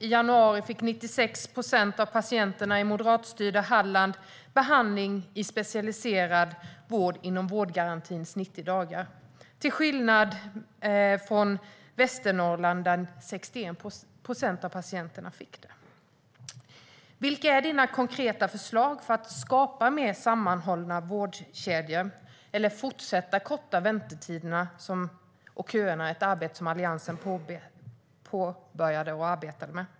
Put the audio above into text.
I januari fick 96 procent av patienterna i moderatstyrda Halland behandling i specialiserad vård inom vårdgarantins 90 dagar, till skillnad från Västernorrland där 61 procent av patienterna fick det. Vilka är dina konkreta förslag för att skapa mer sammanhållna vårdkedjor eller för att fortsätta korta väntetiderna och köerna? Det är ett arbete som Alliansen påbörjade och arbetade med.